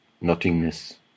nothingness